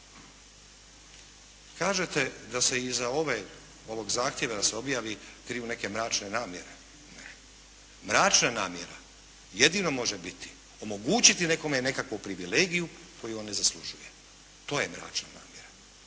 Kažete da se iza ovog zahtjeva da se objavi, kriju neke mračne namjere. Ne. Mračna namjera jedino može biti omogućiti nekome nekakvu privilegiju koju on ne zaslužuje. To je mračna namjera.